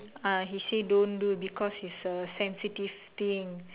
ah he say don't do because is a sensitive thing